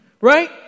right